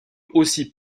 aussi